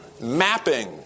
mapping